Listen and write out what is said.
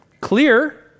clear